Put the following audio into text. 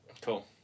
Cool